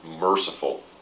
merciful